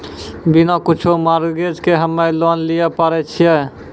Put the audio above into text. बिना कुछो मॉर्गेज के हम्मय लोन लिये पारे छियै?